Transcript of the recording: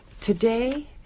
Today